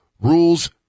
rules